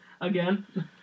Again